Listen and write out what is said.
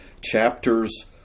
chapters